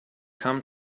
come